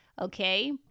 Okay